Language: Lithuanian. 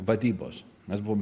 vadybos mes buvom